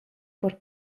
por